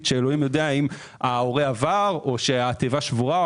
שאלוקים יודע אם ההורה עבר או התיבה שבורה.